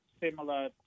similar